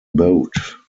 boat